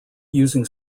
using